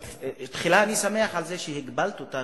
תחילה, אני שמח שהגבלת אותנו,